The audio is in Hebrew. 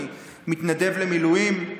אני מתנדב למילואים.